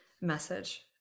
message